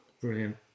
brilliant